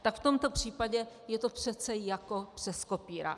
Tak v tomto případě je to přece jako přes kopírák.